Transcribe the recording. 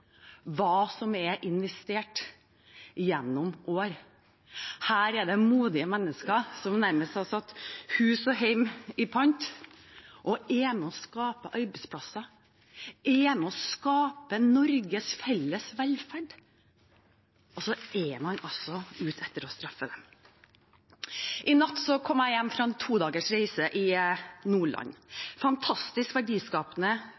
hva som er investert gjennom år. Her er det modige mennesker som nærmest har satt hus og hjem i pant for å være med og skape arbeidsplasser, være med og skape Norges felles velferd. Og så er man altså ute etter å straffe dem. I natt kom jeg hjem fra en todagers reise i Nordland – et fantastisk verdiskapende